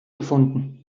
gefunden